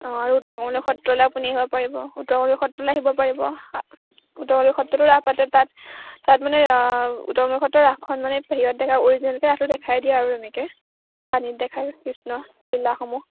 অঁ আৰু উত্তৰ কমলাবাৰী সত্ৰলৈ আপুনি আহিব পাৰিব উত্তৰ কমলাবাৰী সত্ৰলৈ আহিব পাৰিব উত্তৰ কমলাবাৰী সত্ৰতো ৰাস পাতে তাত মানে উত্তৰ কমলাবাৰী সত্ৰত ৰাসখন মানে হেৰিয়াত দেখা অ'ৰিজিনেলকৈ ৰাসতো দেখাই দিয়ে আৰু এনেকৈ পানীত দেখাই কৃষ্ণ লীলাসমূহ